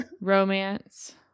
Romance